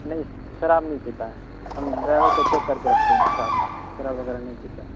نہیں شراب نہیں پیتا ہے ہم ڈرائیور کو چیک کر کے رکھتے ہیں شراب وغیرہ نہیں پیتا ہے